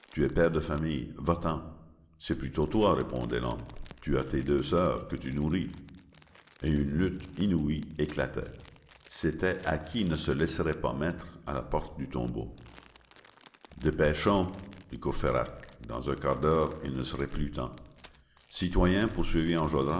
de famille va-t'en c'est plutôt toi répondait l'homme tu as tes deux soeurs que tu nourris et une lutte inouïe éclatait c'était à qui ne se laisserait pas mettre à la porte du tombeau dépêchons dit courfeyrac dans un quart d'heure il ne serait plus temps citoyens poursuivit